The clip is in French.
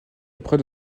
auprès